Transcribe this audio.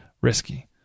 risky